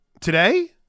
today